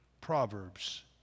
Proverbs